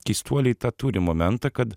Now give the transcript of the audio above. keistuoliai tą turi momentą kad